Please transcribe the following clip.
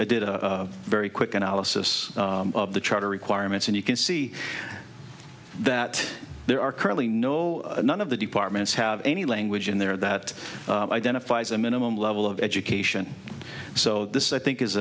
i did a very quick analysis of the charter requirements and you can see that there are currently no none of the departments have any language in there that identifies a minimum level of education so this i think is